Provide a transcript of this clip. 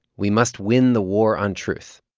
we must win the war on truth.